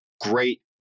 Great